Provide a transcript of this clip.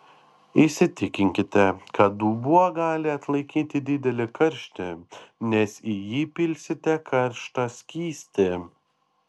įsitikinkite kad dubuo gali atlaikyti didelį karštį nes į jį pilsite karštą skystį